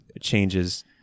changes